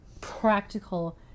practical